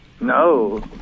no